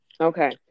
Okay